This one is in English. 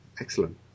Excellent